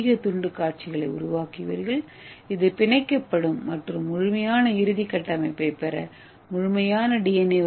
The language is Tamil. ஏ குறுகிய துண்டு காட்சிகளை உருவாக்குவீர்கள் இது பிணைக்கப்படும் மற்றும் முழுமையான இறுதி கட்டமைப்பைப் பெற முழுமையான டி